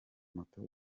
moto